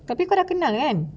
kau dah kenal kan